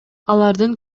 алардын